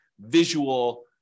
visual